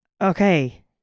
Okay